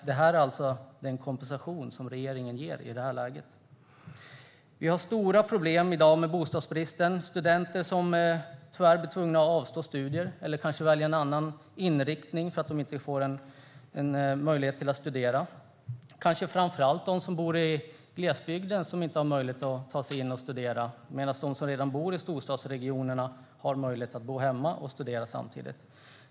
Det här är alltså den kompensation som regeringen ger i det här läget. Vi har stora problem i dag med bostadsbristen. Studenter blir tyvärr tvungna att avstå studier eller att välja en annan inriktning för att få en möjlighet att studera. Det gäller framför allt de som bor i glesbygden och som inte har möjlighet att ta sig in till storstäderna för att studera, medan de som redan bor i storstadsregionerna har möjlighet att bo hemma och studera samtidigt.